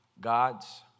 God's